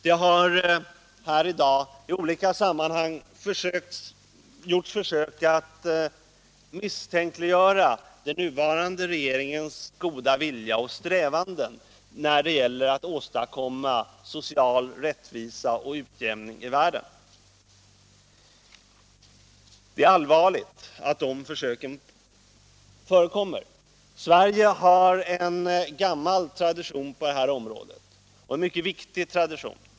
Det har här i dag i olika sammanhang gjorts försök att misstänkliggöra den nuvarande regeringens goda vilja och strävanden att åstadkomma social rättvisa och utjämning i världen. Det är allvarligt att sådana försök förekommer. Sverige har en gammal tradition på det här området, en mycket viktig tradition.